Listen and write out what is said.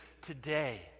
today